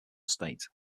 state